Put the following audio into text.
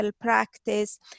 practice